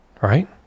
right